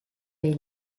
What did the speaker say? dei